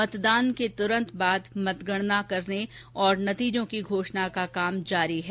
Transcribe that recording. मतदान के तुरंत बाद मतगणना और नतीजों की घोषणा का काम जारी है